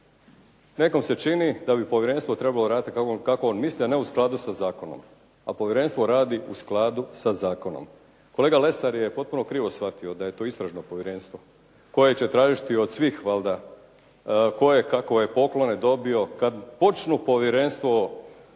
Nekom se čini da bi povjerenstvo trebalo raditi kako on misli, a ne u skladu sa zakonom. A povjerenstvo radi u skladu sa zakonom. Kolega Lesar je potpuno krivo shvatio da je to istražno povjerenstvo koje će tražiti od svih valjda koje kakove poklone dobio. Kada počne netko